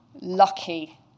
lucky